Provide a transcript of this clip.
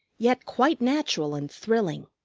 yet quite natural and thrilling.